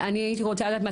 אני הייתי רוצה לדעת,